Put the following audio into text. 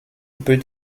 peut